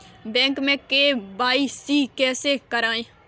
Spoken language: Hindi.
बैंक में के.वाई.सी कैसे करायें?